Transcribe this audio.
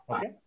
Okay